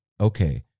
okay